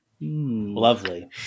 lovely